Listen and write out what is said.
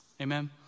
Amen